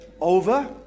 over